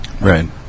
right